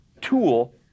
tool